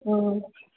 ꯎꯝ